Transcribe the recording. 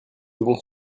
devons